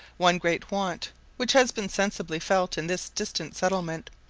one great want which has been sensibly felt in this distant settlement,